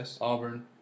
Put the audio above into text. Auburn